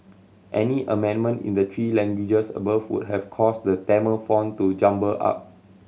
any amendment in the three languages above have caused the Tamil font to jumble up